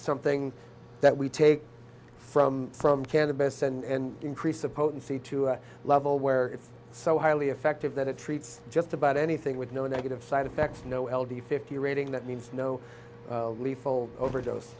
something that we take from from can the best and increase the potency to a level where it's so highly effective that it treats just about anything with no negative side effects no l d fifty rating that means no lethal overdose